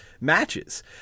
matches